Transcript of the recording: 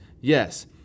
yes